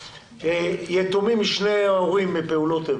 יתומים משני ההורים מפעולות איבה,